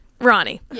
ronnie